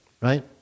right